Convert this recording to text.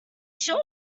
sure